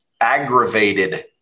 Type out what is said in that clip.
aggravated